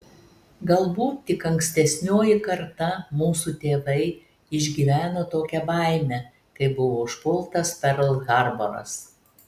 galbūt tik ankstesnioji karta mūsų tėvai išgyveno tokią baimę kai buvo užpultas perl harboras